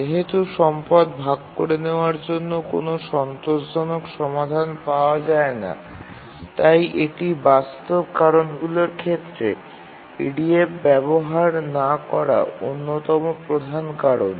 যেহেতু সম্পদ ভাগ করে নেওয়ার জন্য কোনও সন্তোষজনক সমাধান পাওয়া যায় না তাই এটি বাস্তব কারণগুলির ক্ষেত্রে EDF ব্যবহার না করা অন্যতম প্রধান কারণ